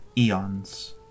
eons